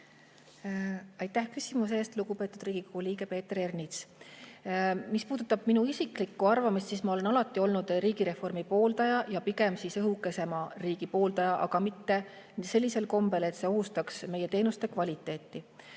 Aitäh küsimuse eest, lugupeetud Riigikogu liige Peeter Ernits! Mis puudutab minu isiklikku arvamust, siis ma olen alati olnud riigireformi ja pigem õhukese riigi pooldaja, aga mitte sellisel kombel, et see ohustaks meie teenuste kvaliteeti.